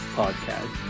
podcast